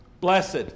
Blessed